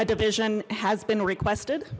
a division has been requested